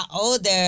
older